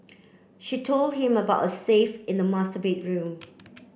she told him about a safe in the master bedroom